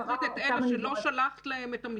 הדעת גם לכך במסגרת מה שהוצג לנו בעבר